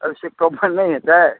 एहि से कममे नहि हेतै